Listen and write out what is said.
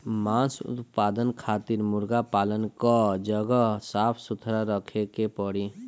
मांस उत्पादन खातिर मुर्गा पालन कअ जगह साफ सुथरा रखे के पड़ी